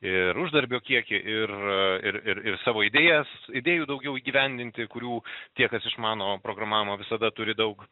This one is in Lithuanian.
ir uždarbio kiekį ir ir ir savo idėjas idėjų daugiau įgyvendinti kurių tie kas išmano programavimą visada turi daug